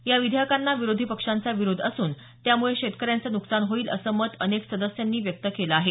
या विधेयकांना विरोधी पक्षांचा विरोध असून त्यामुळे शेतकऱ्यांचं नुकसान होईल असं मत अनेक सदस्यांनी व्यक्त केलं आहे